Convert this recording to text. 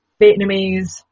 Vietnamese